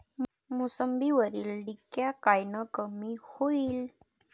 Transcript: मोसंबीवरील डिक्या कायनं कमी होईल?